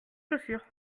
chaussures